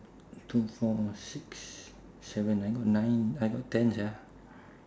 two four six seven nine nine I got ten sia